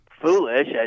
foolish